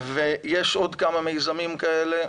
ויש עוד כמה מיזמים כאלה.